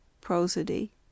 prosody